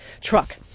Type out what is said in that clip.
truck